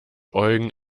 eugen